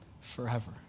forever